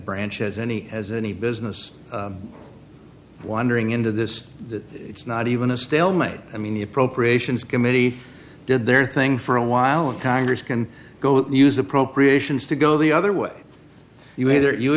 branch as any as any business wandering into this it's not even a stalemate i mean the appropriations committee did their thing for a while and congress can go use appropriations to go the other way you either you